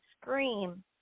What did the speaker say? scream